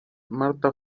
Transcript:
marta